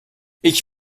ich